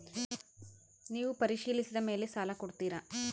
ನೇವು ಪರಿಶೇಲಿಸಿದ ಮೇಲೆ ಸಾಲ ಕೊಡ್ತೇರಾ?